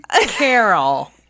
Carol